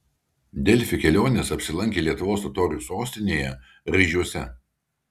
delfi kelionės apsilankė lietuvos totorių sostinėje raižiuose